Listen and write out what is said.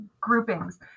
groupings